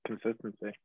Consistency